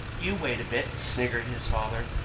you wait a bit! sniggered his father.